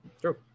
True